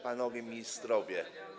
Panowie Ministrowie!